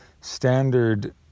standard